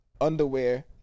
underwear